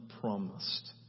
promised